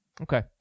Okay